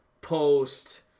post